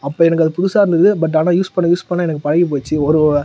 அப்போ எனக்கு அது புதுசாக இருந்தது பட் ஆனால் யூஸ் பண்ண யூஸ் பண்ண எனக்கு பழகிப் போச்சு ஒரு